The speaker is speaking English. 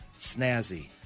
snazzy